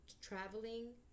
traveling